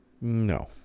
no